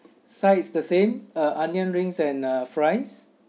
sides the same uh onion rings and a fries